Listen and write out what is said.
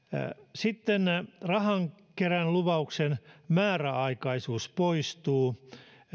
sitten rahankeräyslupien määräaikaisuus poistuu